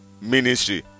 Ministry